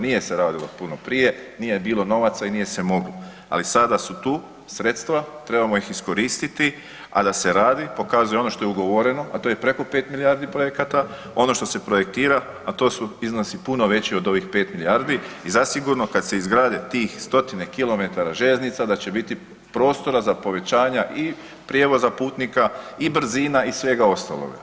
Nije se radilo puno prije, nije bilo novaca i nije se moglo ali sada su tu sredstva, trebamo ih iskoristiti a da se radi, pokazuje ono što je ugovoreno a to je preko 5 milijardi projekata, ono što se projektira a to su iznosi puno veći od ovih 5 milijardi i zasigurno kad se izgrade tih stotine kilometara željeznica, da će biti prostora za povećanja i prijevoza putnika i brzina i svega ostaloga.